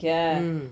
mm